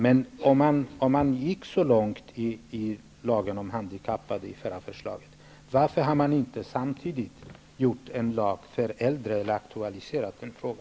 Men om man nu avsåg att gå så långt i förra förslaget när det gäller lagen om de handikappade, varför har man då inte samtidigt aktualiserat frågan om en lag avseende de äldre?